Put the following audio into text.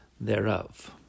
thereof